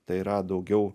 tai yra daugiau